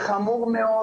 זה חמור מאוד,